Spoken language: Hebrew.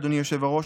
אדוני היושב-ראש,